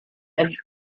and